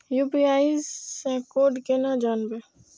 UPI से code केना जानवै?